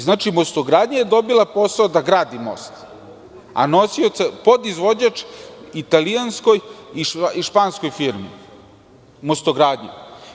Znači, "Mostogradnja" je dobila posao da gradi most, a nosioci i podizvođač su italijanskoj i španskoj firmi "Mostogradnji"